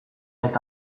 eta